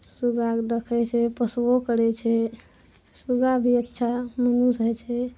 सुगाके देखै छै पोसबो करै छै सुगा भी अच्छा मनुष्य होइ छै